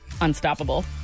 unstoppable